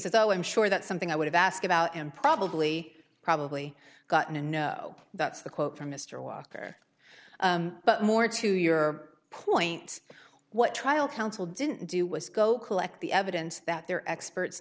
says oh i'm sure that's something i would have asked about and probably probably gotten a no that's the quote from mr walker but more to your point what trial counsel didn't do was go collect the evidence that their experts